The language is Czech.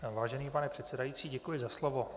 Vážený pane předsedající, děkuji za slovo.